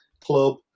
club